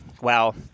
wow